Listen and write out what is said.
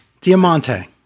Diamante